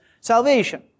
salvation